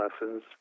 lessons